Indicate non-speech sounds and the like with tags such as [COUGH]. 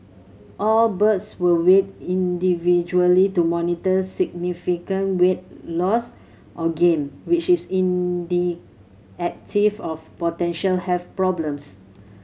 all birds were weighed individually to monitor significant weight loss or gain which is [UNINTELLIGIBLE] of potential health problems